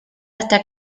hasta